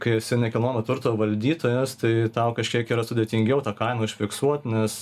kai esi nekilnojamo turto valdytojas tai tau kažkiek yra sudėtingiau tą kainą užfiksuot nes